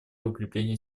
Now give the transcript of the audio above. укрепления